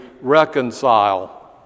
reconcile